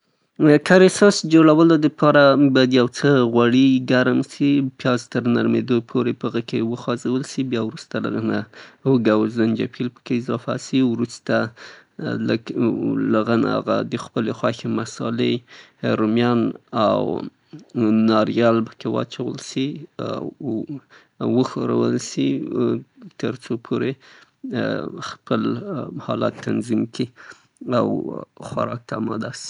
د کري ساس د جوړولو د پاره غوړ ګرم سي، وروسته له هغه پیاز ورته اضافه سي؛ ترڅو یې رنګ چغه سي، زنجفیل ورته اضافه سي ، کري پوډر او یا پست ورته اضافه سي. تر څو دقیقو پریښودل سي څې خوند یې ووځي بیا وروسته د هغه نه رومیان د نیورولر شیدون کې واچوئ، له لسو نه تر پنځه لسو دقو پورې یې پریږدئ؛ ترڅو د مالګه او نورو شیانو خوند پکې ووځي.